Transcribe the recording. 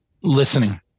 listening